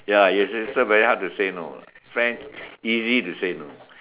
ya your sister very hard to say no friend easy to say no